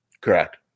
Correct